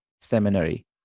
Seminary